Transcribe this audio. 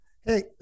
Hey